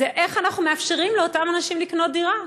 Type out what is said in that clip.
זה איך אנחנו מאפשרים לאותם אנשים לקנות דירה.